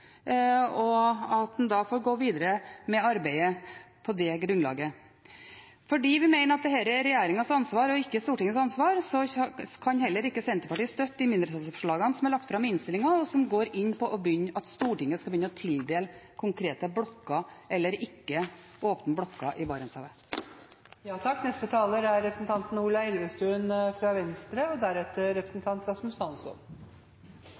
er helt greit. Da får en gå videre med arbeidet på det grunnlaget. Fordi vi mener dette er regjeringens og ikke Stortingets ansvar, kan heller ikke Senterpartiet støtte mindretallsforslagene som er lagt fram i innstillingen, om at Stortinget skal begynne å tildele konkrete blokker, eller ikke åpne blokker, i Barentshavet. Når vi går inn i den saken, er det viktig å starte med at iskantsonen er av de viktigste og mest sårbare naturområdene vi har, med et enormt biologisk mangfold. Fra